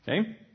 Okay